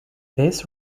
this